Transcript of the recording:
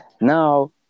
now